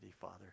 Father